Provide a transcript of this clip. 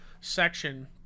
section